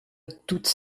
toute